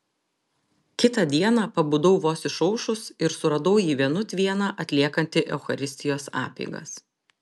kitą dieną pabudau vos išaušus ir suradau jį vienut vieną atliekantį eucharistijos apeigas